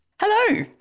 Hello